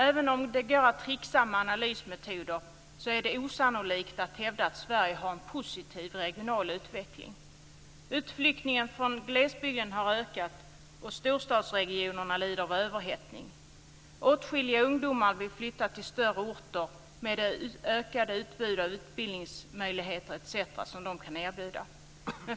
Även om det går att trixa med analysmetoder är det osannolikt att hävda att Sverige har en positiv regional utveckling. Utflyttningen från glesbygden har ökat och storstadsregionerna lider av överhettning. Åtskilliga ungdomar vill flytta till större orter med det ökade utbud av utbildningsmöjligheter etc. som de kan erbjuda.